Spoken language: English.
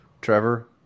trevor